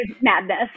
madness